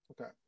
Okay